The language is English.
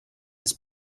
his